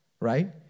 Right